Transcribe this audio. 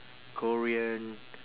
korean